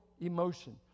emotion